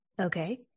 Okay